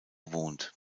wohnt